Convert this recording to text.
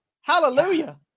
Hallelujah